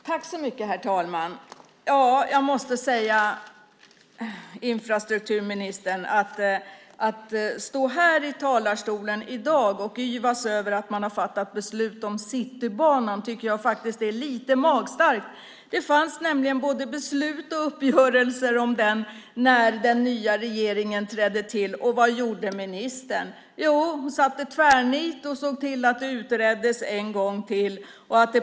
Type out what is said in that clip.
Herr talman! Att stå i talarstolen här i dag, infrastrukturministern, och yvas över att man har fattat beslut om Citybanan är lite magstarkt. Det fanns både beslut och uppgörelser om den när den nya regeringen trädde till. Vad gjorde ministern? Hon tvärnitade och såg till att banan utreddes en gång till.